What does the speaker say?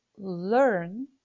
learn